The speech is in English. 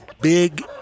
big